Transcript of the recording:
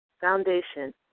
foundation